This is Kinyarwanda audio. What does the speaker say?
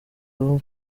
aba